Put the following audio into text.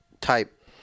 type